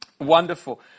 Wonderful